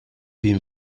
been